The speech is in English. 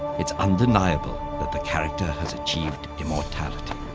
it's undeniable that the character has achieved immortality.